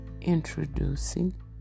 introducing